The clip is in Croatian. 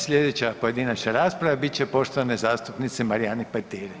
Sljedeća pojedinačna rasprava bit će poštovane zastupnice Marijane Petir.